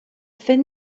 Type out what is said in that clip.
thin